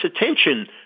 attention